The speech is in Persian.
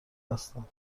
هستم